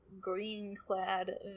green-clad